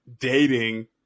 dating